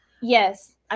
yes